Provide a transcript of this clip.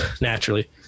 naturally